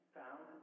found